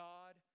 God